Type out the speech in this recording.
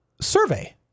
survey